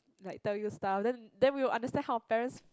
like tell you stuff then then we would understand how parents